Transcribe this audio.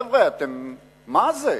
חבר'ה, מה זה?